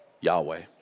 Yahweh